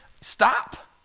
stop